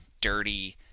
dirty